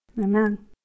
Amen